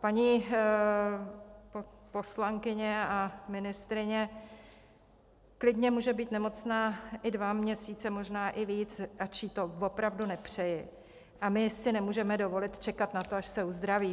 paní poslankyně a ministryně klidně může být nemocná i dva měsíce, možná i víc, ač jí to opravdu nepřeju, a my si nemůžeme dovolit čekat na to, až se uzdraví.